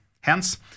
Hence